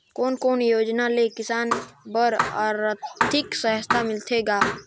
कोन कोन योजना ले किसान बर आरथिक सहायता मिलथे ग?